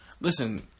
listen